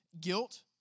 Guilt